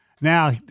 Now